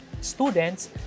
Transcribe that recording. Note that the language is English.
Students